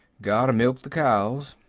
gotter milk the cows.